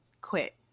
quit